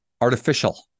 Artificial